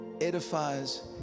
edifies